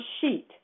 sheet